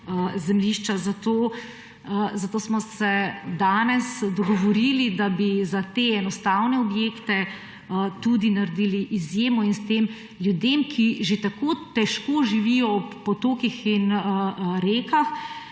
zemljišča. Zato smo se danes dogovorili, da bi za te enostavne objekte tudi naredili izjemo in s tem ljudem, ki že tako težko živijo ob potokih in rekah,